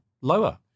lower